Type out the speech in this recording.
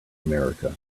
america